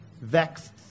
vexed